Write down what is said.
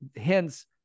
Hence